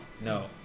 No